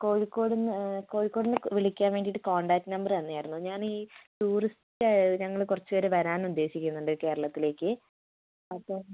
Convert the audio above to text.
കോഴിക്കോട് നിന്ന് കോഴിക്കോട് നിന്ന് വിളിക്കാൻ വേണ്ടിയിട്ട് കോൺടാക്ട് നമ്പർ തന്നതായിരുന്നു ഞാൻ ഈ ടൂറിസ്റ്റ് ഞങ്ങൾ കുറച്ചുപേർ വരാൻ ഉദ്ദേശിക്കുന്നുണ്ട് കേരളത്തിലേക്ക് അപ്പം